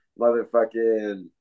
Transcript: motherfucking